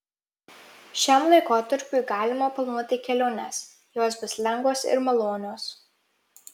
šiam laikotarpiui galima planuoti keliones jos bus lengvos ir malonios